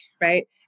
right